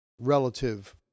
relative